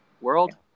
World